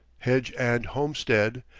hedge and homestead,